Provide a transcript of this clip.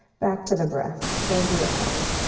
back to the breath. close your eyes.